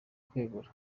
kwegura